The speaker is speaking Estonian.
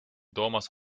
toomas